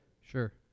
Sure